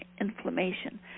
inflammation